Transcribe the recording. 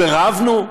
ורבנו,